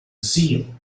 zeal